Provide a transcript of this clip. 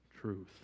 truth